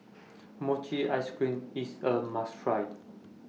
Mochi Ice Cream IS A must Try